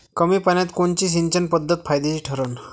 कमी पान्यात कोनची सिंचन पद्धत फायद्याची ठरन?